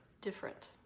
different